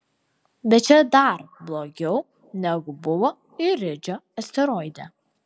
bet čia dar blogiau negu buvo iridžio asteroide